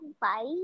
Bye